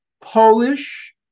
Polish